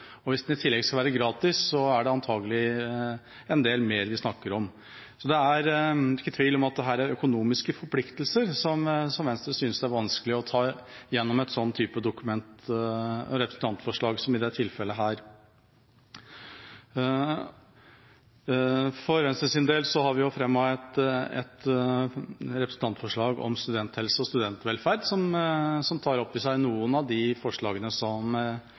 prevensjon. Hvis den i tillegg skal være gratis, er det antakelig en del mer vi snakker om. Det er ikke tvil om at dette er økonomiske forpliktelser som Venstre synes det er vanskelig å ta gjennom et representantforslag, slik som i dette tilfellet. For Venstres del har vi fremmet et representantforslag om studenthelse og studentvelferd som tar opp i seg noen av de forslagene som